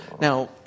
Now